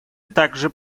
также